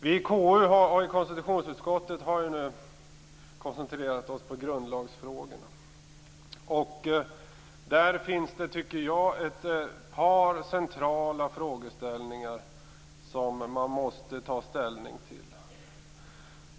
Vi i konstitutionsutskottet har nu koncentrerat oss på grundlagsfrågorna. Där finns det, tycker jag, ett par centrala frågor som man måste ta ställning till.